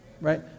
right